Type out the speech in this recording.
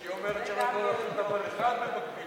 אשתי אומרת שאני לא יכול לעשות דבר אחד במקביל.